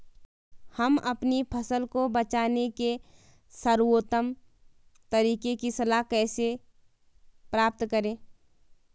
हम अपनी फसल को बचाने के सर्वोत्तम तरीके की सलाह कैसे प्राप्त करें?